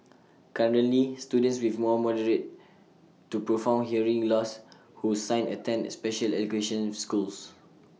currently students with mom moderate to profound hearing loss who sign attend especial education schools